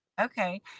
Okay